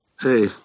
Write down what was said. Hey